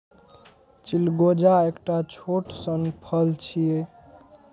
चिलगोजा एकटा छोट सन फल छियै